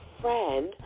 friend